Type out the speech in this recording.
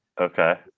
Okay